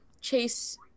Chase